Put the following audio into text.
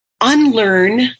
unlearn